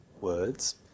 words